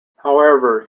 however